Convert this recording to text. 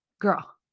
girl